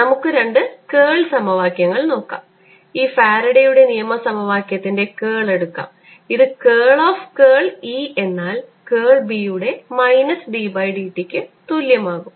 നമുക്ക് രണ്ട് കേൾ സമവാക്യങ്ങൾ നോക്കാം ഈ ഫാരഡെയുടെ നിയമ സമവാക്യത്തിന്റെ കേൾ എടുക്കാം ഇത് കേൾ ഓഫ് കേൾ E എന്നാൽ കേൾ B യുടെ മൈനസ് d by dt ക്ക് തുല്യമാകും